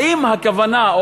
האם הכוונה,